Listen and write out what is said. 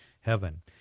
heaven